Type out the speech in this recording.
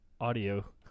audio